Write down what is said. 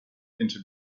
into